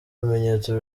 bimenyetso